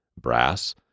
Brass